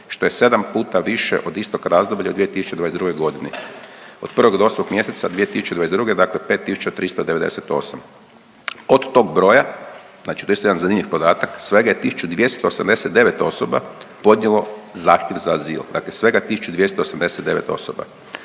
što je 7 puta više od istog razdoblja u 2022. godini. Od 1. do 8. mjeseca 2022. dakle 5 398. Od tog broja znači to je isto jedan zanimljiv podatak, svega je 1 289 osoba podnijelo zahtjev za azil. Dakle svega 1 289 osoba.